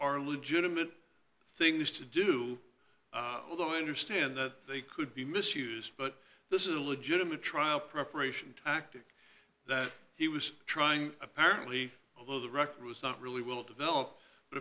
are legitimate things to do although i understand that they could be misused but this is a legitimate trial preparation tactic that he was trying apparently although the record was not really will develop but